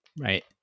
right